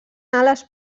ales